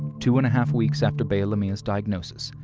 two and a half weeks after bella lamilla's diagnosis,